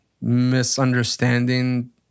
misunderstanding